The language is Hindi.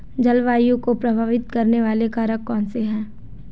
जलवायु को प्रभावित करने वाले कारक कौनसे हैं?